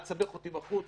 אל תסבך אותי בחוץ,